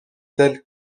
tels